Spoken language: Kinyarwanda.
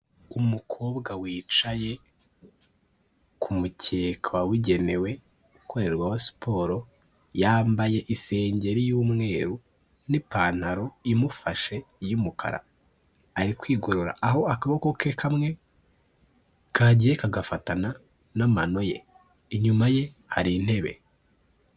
Umukobwa wicaye ku mukeka wabugenewe ukorerwaho siporo, yambaye isengeri y'umweru n'ipantaro imufashe y'umukara. Ari kwigorora aho akaboko ke kamwe, kagiye kagafatana n'amano ye. Inyuma ye, hari intebe.